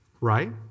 Right